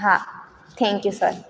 હા thank you sir